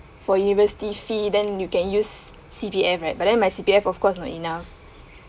for university fee then you can use C_P_F right but then my C_P_F of course not enough